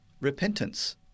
repentance